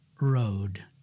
road